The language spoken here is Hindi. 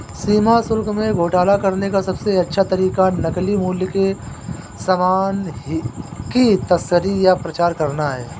सीमा शुल्क में घोटाला करने का सबसे अच्छा तरीका नकली मूल्य के सामान की तस्करी या प्रचार करना है